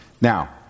Now